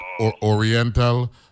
Oriental